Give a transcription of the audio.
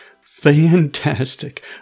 Fantastic